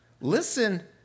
Listen